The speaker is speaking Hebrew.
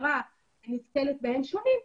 שהמשטרה נתקלת בהם שונים.